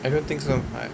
I don't think so I